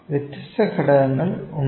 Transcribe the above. വ്യത്യസ്ത ഘടകങ്ങൾ ഉണ്ട്